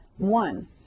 one